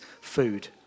food